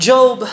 Job